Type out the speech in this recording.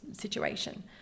situation